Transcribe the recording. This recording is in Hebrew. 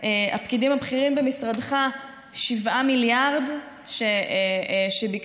הפקידים הבכירים במשרדך ש-7 מיליארד ביקשו.